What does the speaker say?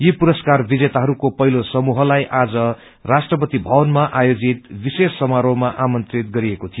यी पुरस्कार विजेताहरूको पहिलो समूहलाई आज राष्ट्रपति भवनमा आयोजित विशेष समरोहमा आमन्त्रित गरिएको थियो